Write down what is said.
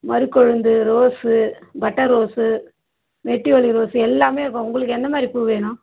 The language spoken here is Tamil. மருக்கொழுந்து ரோஸ்ஸு பட்டர் ரோஸ்ஸு மெட்டி ஒலி ரோஸ்ஸு எல்லாமே இருக்கும் உங்களுக்கு என்ன மாதிரி பூ வேணும்